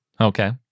Okay